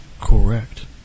Correct